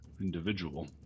individual